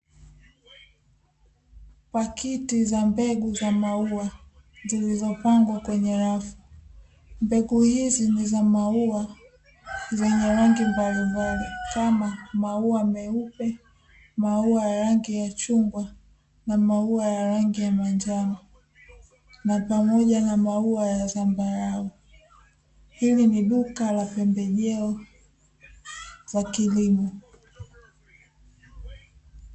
Paketi za mbegu za maua zilizopangwa kwenye rafu, mbegu hizi ni za maua zenye rangi mbalimbali kama maua meupe, maua ya rangi ya chungwa na maua ya rangi ya manjano na pamoja na maua ya zambarau. Hili ni duka la pembejeo za kilimo.